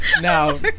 Now